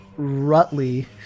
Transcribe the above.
Rutley